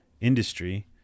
industry